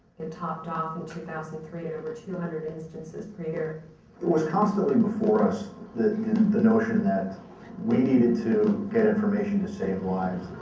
it topped off in two thousand and three at over two hundred instances per year. it was constantly before us the the notion that we needed to get information to save lives.